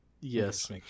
Yes